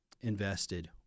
invested